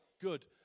good